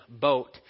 boat